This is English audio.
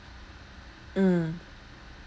mm